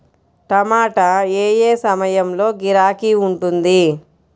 టమాటా ఏ ఏ సమయంలో గిరాకీ ఉంటుంది?